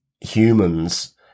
humans